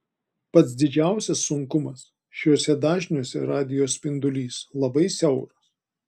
pats didžiausias sunkumas šiuose dažniuose radijo spindulys labai siauras